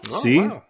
See